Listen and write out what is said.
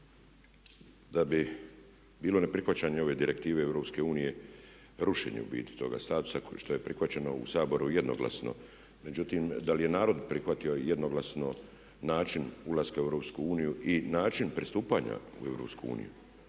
da bi bilo neprihvaćanje ove direktive EU rušenje u biti toga statusa što je prihvaćeno u Saboru jednoglasno. Međutim, da li je narod prihvatio jednoglasno način ulaska u EU i način pristupanja u EU.